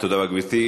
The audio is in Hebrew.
תודה רבה, גברתי.